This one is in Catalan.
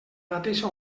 mateixa